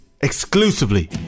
exclusively